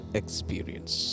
experience